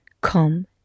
Come